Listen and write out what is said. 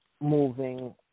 moving